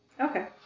Okay